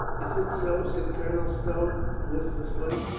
is it so? said colonel stow listlessly,